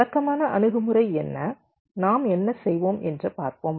வழக்கமான அணுகு முறை என்ன நாம் என்ன செய்வோம் என்று பார்ப்போம்